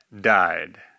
died